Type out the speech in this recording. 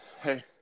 hey